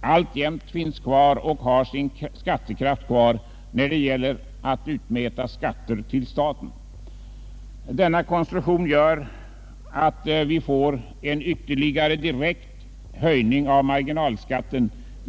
alltjämt finns kvar och därför skall vara beskattningsbart i taxeringen till statlig skatt. Denna konstruktion medför att varje höjning av kommunalskatten ytterligare förorsakar en direkt stegring av marginalskatten.